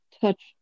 touch